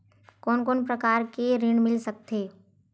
कोन कोन प्रकार के ऋण मिल सकथे?